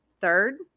third